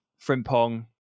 Frimpong